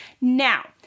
Now